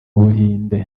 buhinde